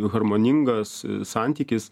harmoningas santykis